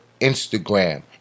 Instagram